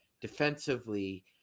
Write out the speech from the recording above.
defensively